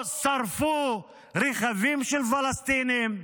או שרפו רכבים של פלסטינים,